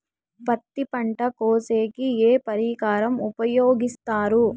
పత్తి పంట కోసేకి ఏ పరికరం ఉపయోగిస్తారు?